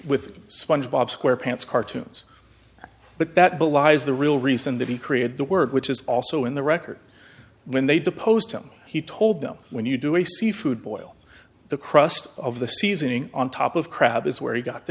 with sponge bob square pants cartoons but that belies the real reason that he created the word which is also in the record when they deposed him he told them when you do a seafood boil the crust of the seizing on top of crab is where he got the